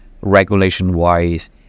regulation-wise